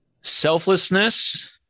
selflessness